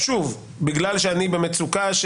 שוב בגלל שאני במצוקה,